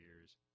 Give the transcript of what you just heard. years